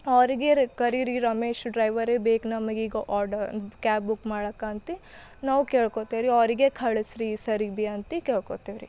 ಅವರಿಗೆ ರ್ ಕರೀರಿ ರಮೇಶ್ ಡ್ರೈವರೇ ಬೇಕು ನಮಗೆ ಈಗ ಆರ್ಡರ್ ಕ್ಯಾಬ್ ಬುಕ್ ಮಾಡಾಕ ಅಂತ ನಾವು ಕೇಳ್ಕೋತೇವೆ ರೀ ಅವರಿಗೆ ಕಳಸ್ರಿ ಈ ಸರಿಗೆ ಬಿ ಅಂತ ಕೇಳ್ಕೋತೇವೆ ರೀ